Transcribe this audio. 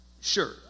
sure